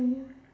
mm